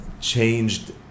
changed